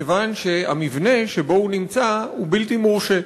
מכיוון שהמבנה שבו הוא נמצא הוא בלתי מורשה.